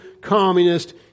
communist